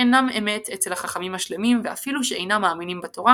ואינם אמת אצל החכמים השלמים ואפילו שאינם מאמינים בתורה,